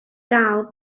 gael